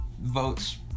votes